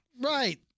Right